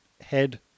head